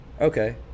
okay